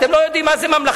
אתם לא יודעים מה זה ממלכתי.